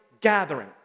gathering